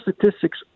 statistics